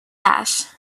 ash